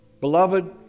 Beloved